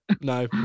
No